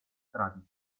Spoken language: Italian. strati